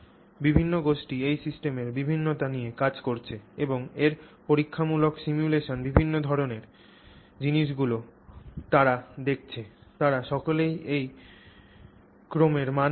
বিভিন্ন গোষ্ঠী এই সিস্টেমের বিভিন্নতা নিয়ে কাজ করেছে এবং পরীক্ষামূলক সিমুলেশনে বিভিন্ন ধরণের জিনিসগুলি তারা দেখছে তারা সকলেই এই ক্রমেরই মান পাচ্ছে